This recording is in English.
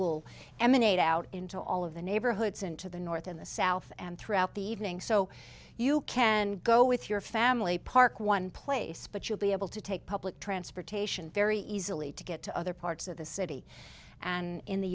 emanate out into all of the neighborhoods into the north and the south and throughout the evening so you can go with your family park one place but you'll be able to take public transportation very easily to get to other parts of the city and in the